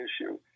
issue